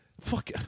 fuck